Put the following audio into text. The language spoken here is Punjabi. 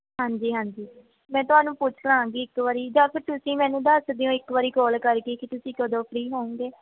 ਹਾਂਜੀ ਹਾਂਜੀ ਮੈਂ ਤੁਹਾਨੂੰ ਪੁੱਛ ਲਵਾਂਗੀ ਇੱਕ ਵਾਰੀ ਜਾਂ ਫਿਰ ਤੁਸੀਂ ਮੈਨੂੰ ਦੱਸ ਦਿਉ ਇੱਕ ਵਾਰੀ ਕੋਲ ਕਰਕੇ ਕਿ ਤੁਸੀਂ ਕਦੋਂ ਫਰੀ ਹੋਊਂਗੇ